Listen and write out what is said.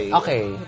okay